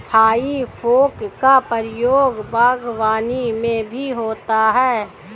हेइ फोक का प्रयोग बागवानी में भी होता है